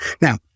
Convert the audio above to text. Now